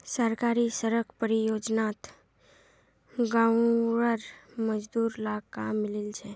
सरकारी सड़क परियोजनात गांउर मजदूर लाक काम मिलील छ